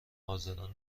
حاضران